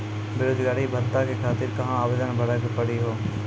बेरोजगारी भत्ता के खातिर कहां आवेदन भरे के पड़ी हो?